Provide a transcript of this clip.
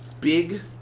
big